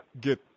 get